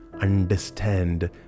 understand